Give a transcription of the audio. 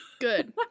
Good